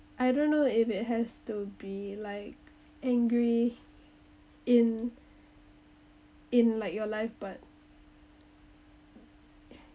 I don't know if it has to be like angry in in like your life but